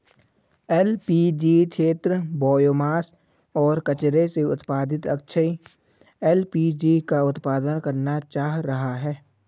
LPG क्षेत्र biomass और कचरे से उत्पादित अक्षय एल.पी.जी का उत्पादन करना चाह रहा है